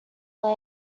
lay